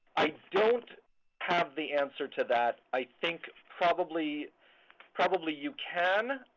i don't have the answer to that. i think probably probably you can,